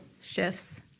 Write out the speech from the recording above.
shifts